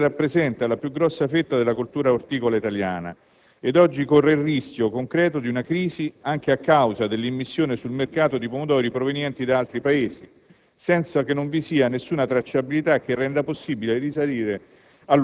Per tornare più puntualmente sulla questione della produzione di pomodoro, questo settore rappresenta la più grossa fetta della coltura orticola italiana e oggi corre il rischio concreto di una crisi anche a causa dell'immissione sul mercato di pomodori provenienti da altri Paesi,